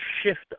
shift